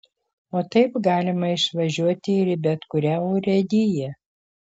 o taip galima išvažiuoti ir į bet kurią urėdiją